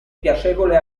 piacevole